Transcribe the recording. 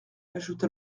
ajouta